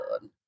God